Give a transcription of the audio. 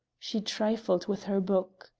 she trifled with her book.